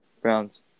Browns